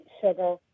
sugar